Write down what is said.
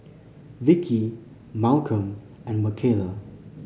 Vicki Malcom and Michaela